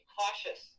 cautious